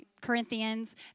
Corinthians